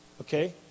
Okay